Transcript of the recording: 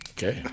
Okay